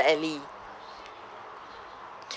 alley